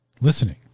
listening